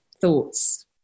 thoughts